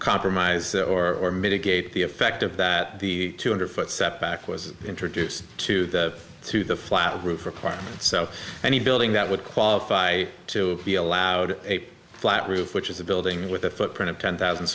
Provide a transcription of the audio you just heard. compromise or mitigate the effect of that the two hundred foot setback was introduced to through the flat roof required so any building that would qualify to be allowed a flat roof which is a building with a footprint of ten thousand